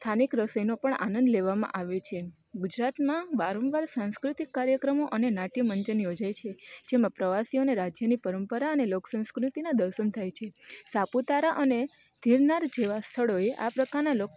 સ્થાનિક રસોઈનો પણ આનંદ લેવામાં આવે છે ગુજરાતમાં વારંવાર સાંસ્કૃતિક કાર્યક્રમો અને નાટ્યમંચન યોજાય છે જેમાં પ્રવાસીઓને રાજ્યની પરંપરા અને લોક સંસ્કૃતિના દર્શન થાય છે સાપુતારા અને ગીરનાર જેવા સ્થળોએ આ પ્રકારના લોક